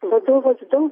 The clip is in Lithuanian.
vadovas daug